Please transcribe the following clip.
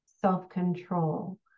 self-control